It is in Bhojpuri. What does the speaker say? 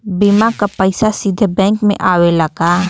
बीमा क पैसा सीधे बैंक में आवेला का?